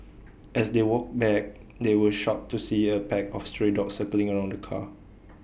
as they walked back they were shocked to see A pack of stray dogs circling around the car